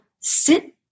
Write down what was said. sit